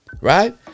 Right